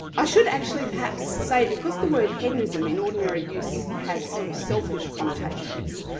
i should actually perhaps say because the word hedonism in ordinary use has sort of selfish connotations,